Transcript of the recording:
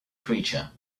creature